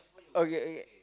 okay okay